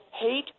hate